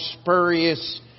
spurious